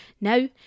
Now